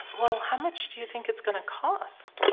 well, how much do you think it's going to cost?